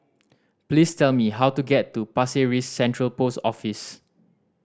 please tell me how to get to Pasir Ris Central Post Office